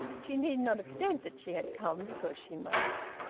she need not have said that she had come because she must.